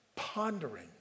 Pondering